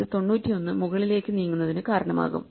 ഇത് 91 മുകളിലേക്ക് നീങ്ങുന്നതിന് കാരണമാകും